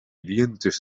dientes